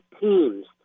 teams